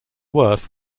worth